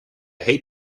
hate